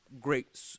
great